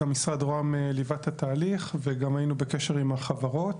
גם משרד רוה"מ ליווה את התהליך וגם היינו בקשר עם החברות.